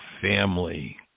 family